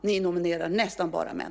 Ni nominerar nästan bara män.